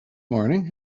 morning